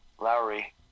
Lowry